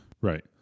right